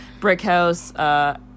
Brickhouse